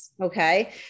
Okay